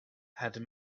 had